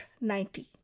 Ninety